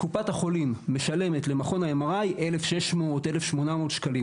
קופת החולים משלמת למכון ה-MRI 1,800-1,600 שקלים.